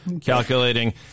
calculating